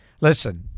Listen